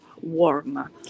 warm